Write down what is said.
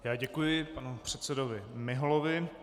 Já děkuji panu předsedovi Miholovi.